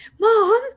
mom